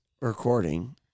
Recording